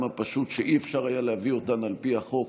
הפשוט שלא היה אפשר להביא אותן על פי החוק